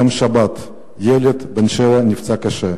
ביום שבת ילד בן שבע נפצע קשה,